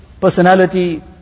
Personality